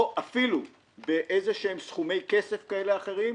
או אפילו באיזשהם סכומי כסף כאלה ואחרים,